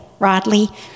Rodley